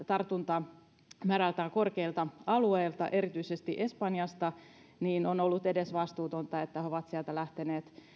tartuntamääriltä hyvin korkeilta alueilta erityisesti espanjasta on ollut edesvastuutonta että he ovat sieltä lähteneet